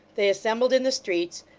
they assembled in the streets,